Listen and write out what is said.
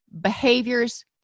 behaviors